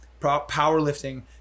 powerlifting